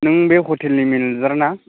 नों बे ह'टेलनिनो मेनेजार ना